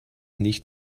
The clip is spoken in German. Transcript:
nicht